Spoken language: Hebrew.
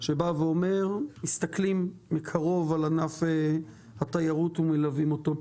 שבא ואומר: מסתכלים מקרוב על ענף התיירות ומלווים אותו.